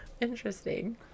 Interesting